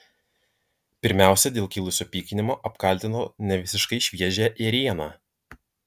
pirmiausia dėl kilusio pykinimo apkaltino nevisiškai šviežią ėrieną